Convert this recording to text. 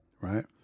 right